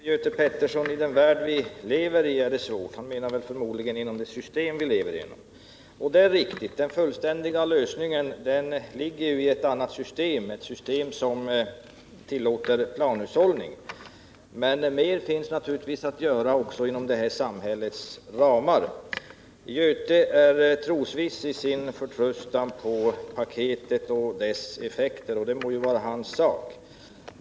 Herr talman! Göte Pettersson talade om ”den värld som vi lever i”. Han menade förmodligen det system som vi lever i. Det är riktigt att den fullständiga lösningen ligger i ett annat system, ett system som tillåter planhushållning. Men mer finns naturligtvis att göra också inom detta samhälles ramar. Göte Pettersson är trosviss i sin förtröstan på paketet och dess effekter. Det må vara hans sak.